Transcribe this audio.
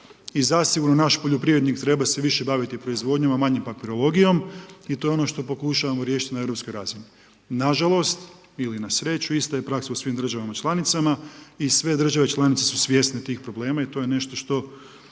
I zasigurno naš poljoprivrednik treba se više baviti proizvodnjom, a manje papirologijom i to je ono što pokušavamo riješiti na europskoj razini. Nažalost, ili na sreću, ista je praksa u svim državama članicama i sve države članice su svjesne tih problema i to je nešto što